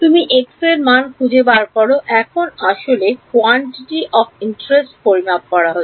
তুমি x এর মান খুঁজে বার করো এখন আসলে আগ্রহের পরিমাণ পরিমাপ করা হচ্ছে